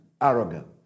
arrogant